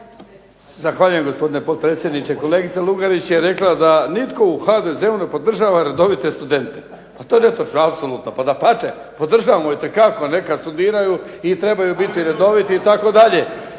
Zahvaljujem gospodine potpredsjedniče. Kolegica Lugarić je rekla da nitko u HDZ-u ne podržava redovite studente. To je netočno apsolutno. Dapače, podržavamo itekako, neka studiraju i trebaju biti redoviti itd.